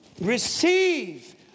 receive